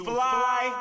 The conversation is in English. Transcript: Fly